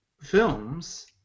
films